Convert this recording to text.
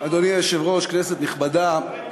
אדוני היושב-ראש, כנסת נכבדה,